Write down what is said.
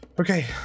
okay